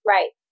Right